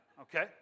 okay